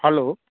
hello